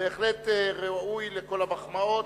ובהחלט ראוי לכל המחמאות,